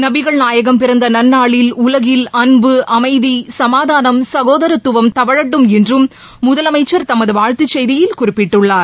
நபிகள் நாயகம் பிறந்தநன்னாளில் உலகில் அன்பு அமைதி சமாதானம் சகோதாரத்துவம் தவழட்டும் என்றும் முதலமைச்சர் தமதுவாழ்த்துசெய்தியில் குறிப்பிட்டுள்ளார்